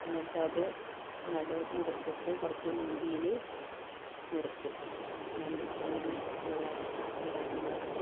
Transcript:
എന്നിട്ടത് നടുവ് മുറിച്ചിട്ട് കുറച്ച് വീതീൽ നുറുക്കും അങ്ങനെ പൂള കൊണ്ടാട്ടമുണ്ടാക്കും